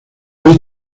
hay